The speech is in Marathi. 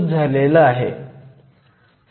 EFi या विशिष्ट समस्येमध्ये EF Ev हे 0